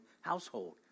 household